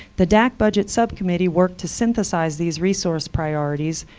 the dac budget subcommittee worked to synthesize these resource priorities,